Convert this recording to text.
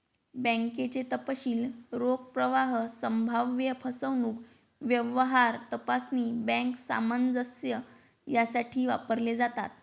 बँकेचे तपशील रोख प्रवाह, संभाव्य फसवणूक, व्यवहार तपासणी, बँक सामंजस्य यासाठी वापरले जातात